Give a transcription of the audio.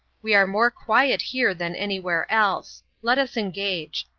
we are more quiet here than anywhere else let us engage.